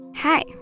hi